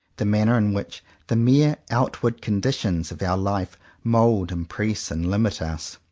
the manner in which the mere outward conditions of our life mould, impress, and limit us.